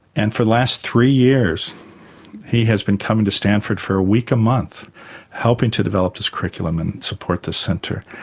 and for the last three years he has been coming to stanford for a week a month helping to develop this curriculum and support the centre.